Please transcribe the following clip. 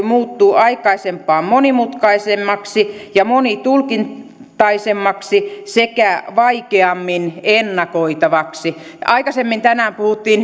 muuttuu aikaisempaa monimutkaisemmaksi ja monitulkintaisemmaksi sekä vaikeammin ennakoitavaksi aikaisemmin tänään puhuttiin